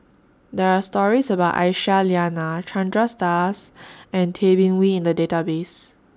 There Are stories about Aisyah Lyana Chandra Das and Tay Bin Wee in The Database